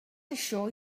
assure